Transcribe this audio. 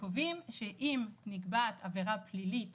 שקובעים שאם נקבעת עבירה פלילית